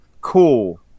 cool